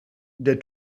der